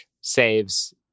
saves